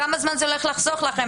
כמה זמן זה הולך לחסוך לכם,